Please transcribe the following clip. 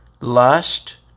Lust